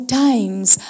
times